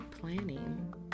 planning